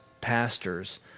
pastors